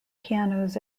pianos